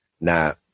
Now